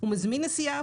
הוא מזמין נסיעה,